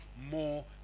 more